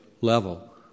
level